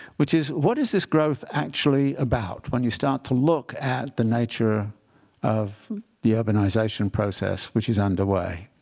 which is, what is this growth actually about, when you start to look at the nature of the urbanization process which is underway?